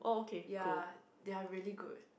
ya they are really good